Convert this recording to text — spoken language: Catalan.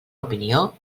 opinió